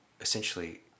essentially